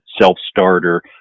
self-starter